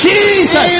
Jesus